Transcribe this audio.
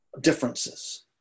differences